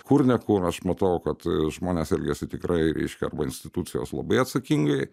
kur ne kur aš matau kad žmonės elgiasi tikrai reiškia arba institucijos labai atsakingai